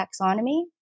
taxonomy